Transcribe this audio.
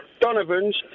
Donovan's